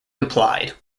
implied